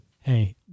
Hey